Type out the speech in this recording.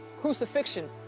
crucifixion